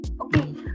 Okay